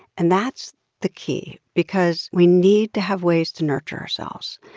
and that's the key because we need to have ways to nurture ourselves.